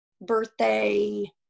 birthday